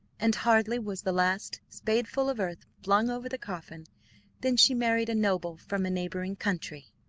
and hardly was the last spadeful of earth flung over the coffin than she married a noble from a neighbouring country,